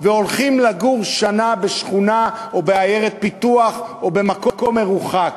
והולכים לגור שנה בשכונה או בעיירת פיתוח או במקום מרוחק,